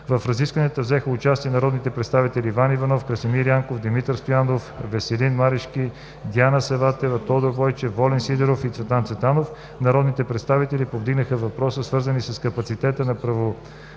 В разискванията взеха участие народните представители Иван Иванов, Красимир Янков, Димитър Стоянов, Веселин Марешки, Диана Саватева, Тодор Байчев, Волен Сидеров и Цветан Цветанов. Народните представители повдигнаха въпроси, свързани с капацитета за